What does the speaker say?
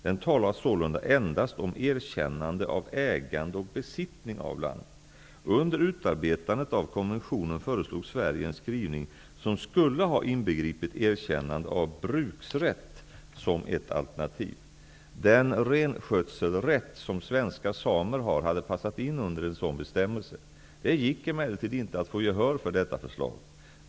Den talar sålunda endast om erkännande av ägande och besittning av land. Sverige en skrivning som skulle ha inbegripit erkännande av bruksrätt som ett alternativ. Den renskötselrätt som svenska samer har hade passat in under en sådan bestämmelse. Det gick emellertid inte att få gehör för detta förslag.